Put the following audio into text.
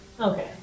Okay